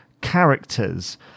characters